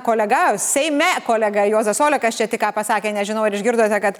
kolega seime kolega juozas olekas čia tik ką pasakė nežinau ar išgirdote kad